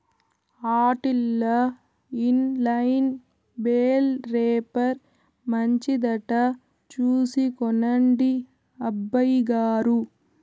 ఆటిల్ల inline bale wrapper మంచిదట చూసి కొనండి అబ్బయిగారు